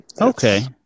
Okay